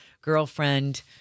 girlfriend